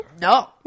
No